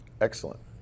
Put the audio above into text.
Excellent